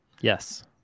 Yes